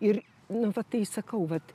ir nu va tai sakau vat